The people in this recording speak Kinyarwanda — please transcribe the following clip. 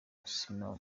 sina